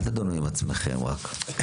אל תדונו עם עצמכם רק.